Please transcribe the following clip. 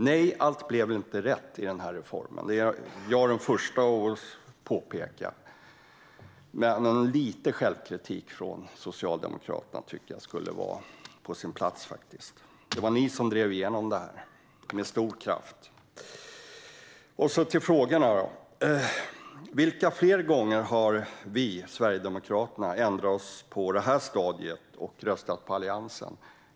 Nej, allt blev inte rätt i denna reform. Det är jag den förste att påpeka. Men lite självkritik från Socialdemokraterna skulle vara på sin plats. Det var ni som drev igenom detta med stor kraft. Så till frågorna. Vilka fler gånger har Sverigedemokraterna ändrat sig på detta stadium och röstat på Alliansen?